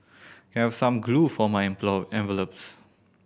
can I have some glue for my envelopes